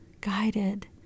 guided